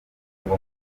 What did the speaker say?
ngo